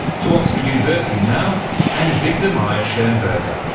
to oxford university now and viktor mayer-schonberger,